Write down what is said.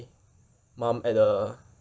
mum at the